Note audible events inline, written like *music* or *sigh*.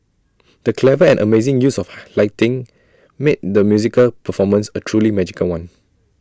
*noise* the clever and amazing use of *unintelligible* lighting made the musical performance A truly magical one